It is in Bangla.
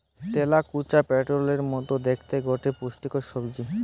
তেলাকুচা পটোলের মতো দ্যাখতে গটে পুষ্টিকর সবজি